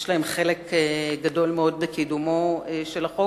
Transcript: יש להם חלק גדול מאוד בקידומו של החוק.